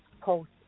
post